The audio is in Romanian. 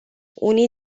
unii